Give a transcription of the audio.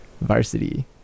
Varsity